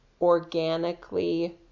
organically